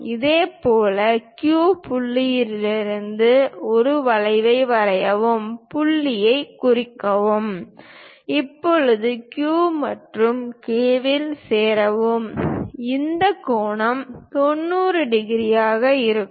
இதேபோல் Q புள்ளியிலிருந்து ஒரு வளைவை வரையவும் புள்ளியைக் குறிக்கவும் இப்போது Q மற்றும் K இல் சேரவும் இந்த கோணம் 90 டிகிரியாக இருக்கும்